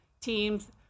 teams